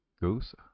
goose